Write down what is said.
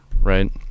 right